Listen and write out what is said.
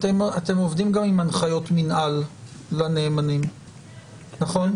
אתם עובדים גם עם הנחיות מינהל לנאמנים, נכון?